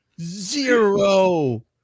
zero